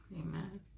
Amen